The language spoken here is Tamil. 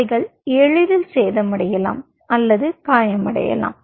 அவைகள் எளிதில் சேதமடையலாம் அல்லது காயமடையலாம்